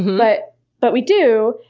but but we do.